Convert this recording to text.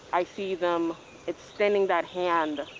i see them extending that hand